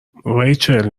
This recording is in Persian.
ریچل